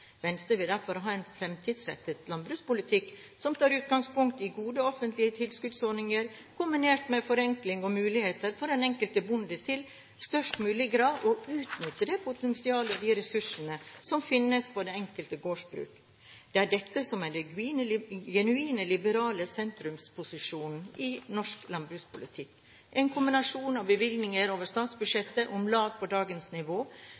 Venstre vil derfor ha en fremtidsrettet landbrukspolitikk som tar utgangspunkt i gode offentlige tilskuddsordninger, kombinert med forenklinger og muligheter for den enkelte bonde til i størst mulig grad å utnytte det potensialet og de ressursene som finnes på det enkelte gårdsbruk. Det er dette som er den genuine liberale sentrumsposisjonen i norsk landbrukspolitikk: en kombinasjon av bevilgninger over statsbudsjettet om lag på dagens nivå,